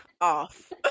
off